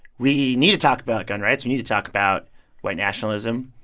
we need to talk about gun rights we need to talk about white nationalism.